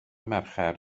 mercher